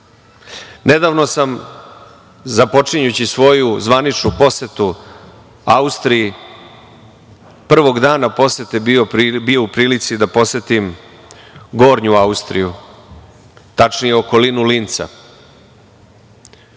sam, započinjući svoju zvaničnu posetu Austriji, prvog dana posete bio u prilici da posetim gornju Austriju, tačnije okolinu Linca,